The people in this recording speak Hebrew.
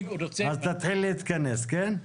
אז תתחיל להתכנס, כן?